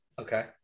Okay